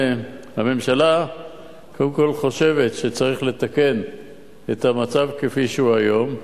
הממשלה קודם כול חושבת שצריך לתקן את המצב כפי שהוא היום,